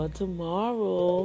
tomorrow